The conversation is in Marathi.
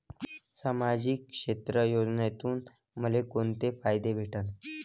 सामाजिक क्षेत्र योजनेतून मले कोंते फायदे भेटन?